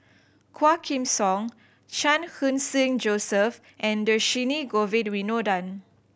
Quah Kim Song Chan Khun Sing Joseph and Dhershini Govin Winodan